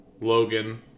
Logan